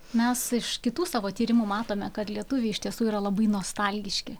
mes iš kitų savo tyrimų matome kad lietuviai iš tiesų yra labai nostalgiški